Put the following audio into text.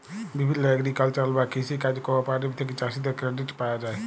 বিভিল্য এগ্রিকালচারাল বা কৃষি কাজ কোঅপারেটিভ থেক্যে চাষীদের ক্রেডিট পায়া যায়